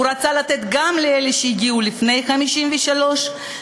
הוא רצה לתת גם לאלה שהגיעו לפני 1953 וגם